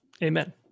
Amen